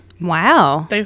Wow